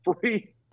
free